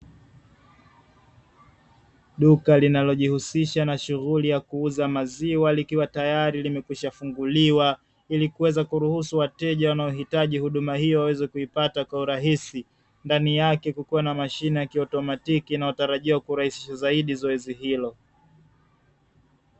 Duka linalojihusisha na shughuli ya kuuza maziwa, likiwa tayari limekwisha funguliwa ili kuweza kuruhusu wateja wanaohitaji huduma hiyo iliwaweze kuipata kwa urahisi ndani yake kukiwa na mashine ya kiotomatiki inayotarajia kurahisha zaidi zoezi hilo.